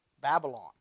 Babylon